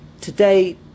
today